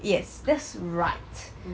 yes this right